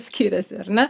skiriasi ar ne